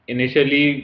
Initially